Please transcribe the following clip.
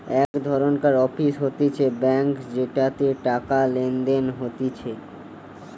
এক ধরণকার অফিস হতিছে ব্যাঙ্ক যেটাতে টাকা লেনদেন হতিছে